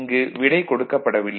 இங்கு விடை கொடுக்கப்படவில்லை